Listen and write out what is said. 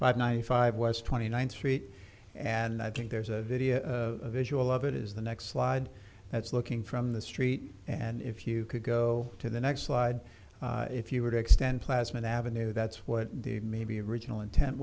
five ninety five west twenty ninth street and i think there's a video visual of it is the next slide that's looking from the street and if you could go to the next slide if you would extend plasmid avenue that's what the maybe original intent